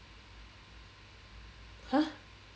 !huh!